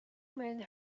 men